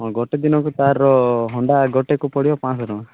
ହଁ ଗୋଟେ ଦିନକୁ ତା'ର ହଣ୍ଡା ଗୋଟେକୁ ପଡ଼ିବ ପାଞ୍ଚଶହ ଟଙ୍କା